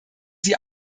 sie